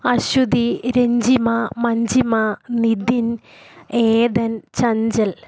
Aswathy Ranjima Manjima Nidhin Edan Chanchal